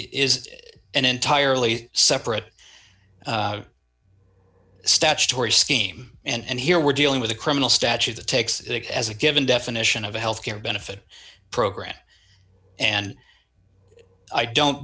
is an entirely separate statutory scheme and here we're dealing with a criminal statute that takes it as a given definition of a health care benefit program and i don't